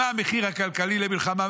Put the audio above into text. מה המחיר הכלכלי למלחמה,